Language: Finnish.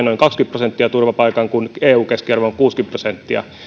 noin kaksikymmentä prosenttia saa suomesta turvapaikan kun eu keskiarvo on kuusikymmentä prosenttia